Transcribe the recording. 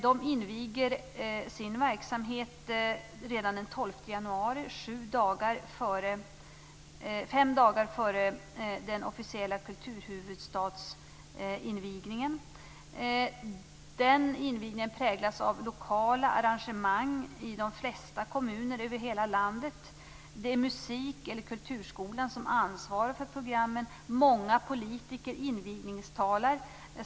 Den inviger sin verksamhet redan den 12 januari, fem dagar före den officiella kulturhuvudstadsinvigningen. Invigningen präglas av lokala arrangemang i de flesta kommuner över hela landet. Det är musik eller kulturskolan som ansvarar för programmen. Många politiker invigningstalar.